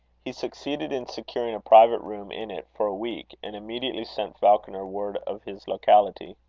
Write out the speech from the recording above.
he succeeded in securing a private room in it, for a week, and immediately sent falconer word of his locality.